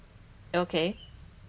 ya okay